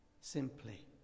simply